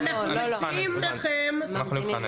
אנחנו מציעים לכם לבחון.